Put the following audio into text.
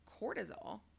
cortisol